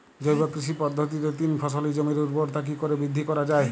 জৈব কৃষি পদ্ধতিতে তিন ফসলী জমির ঊর্বরতা কি করে বৃদ্ধি করা য়ায়?